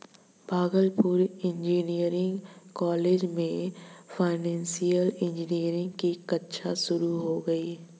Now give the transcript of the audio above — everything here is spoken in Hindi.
भागलपुर इंजीनियरिंग कॉलेज में फाइनेंशियल इंजीनियरिंग की कक्षा शुरू होगी